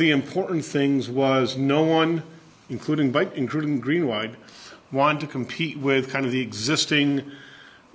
the important things was no one including by including green wide want to compete with kind of the existing